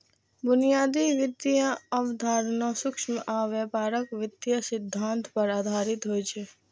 बुनियादी वित्तीय अवधारणा सूक्ष्म आ व्यापक वित्तीय सिद्धांत पर आधारित होइ छै